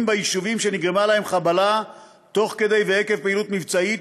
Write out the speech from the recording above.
ביישובים שנגרמה להם חבלה תוך כדי ועקב פעילות מבצעית